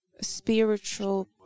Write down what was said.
spiritual